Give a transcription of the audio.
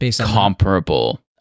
comparable